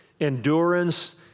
Endurance